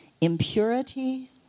impurity